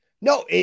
No